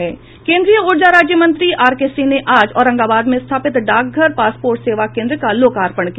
केन्द्रीय ऊर्जा राज्य मंत्री आर के सिंह ने आज औरंगाबाद में स्थापित डाकघर पासपोर्ट सेवा केन्द्र का लोकार्पण किया